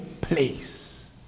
place